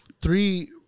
three